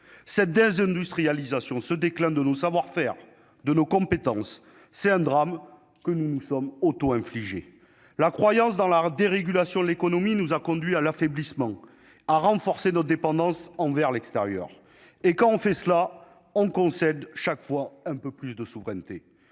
cette désindustrialisation ce déclin de nos savoir-faire de nos compétences, c'est un drame que nous sommes auto-infligée la croyance dans la dérégulation de l'économie nous a conduit à l'affaiblissement à renforcer notre dépendance envers l'extérieur et quand on fait cela, on concède chaque fois un peu plus de souveraineté,